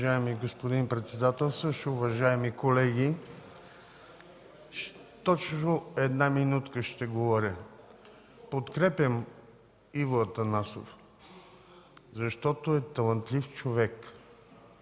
Уважаеми господин председател, уважаеми колеги, точно една минута ще говоря. Подкрепям Иво Атанасов, защото е талантлив човек,